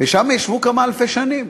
וישבו שם כמה אלפי שנים,